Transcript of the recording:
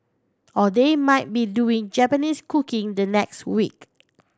or they might be doing Japanese cooking the next week